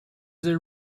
there